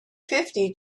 fifty